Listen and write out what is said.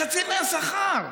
חצי מהשכר,